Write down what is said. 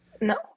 No